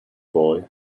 boy